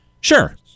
sure